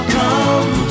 come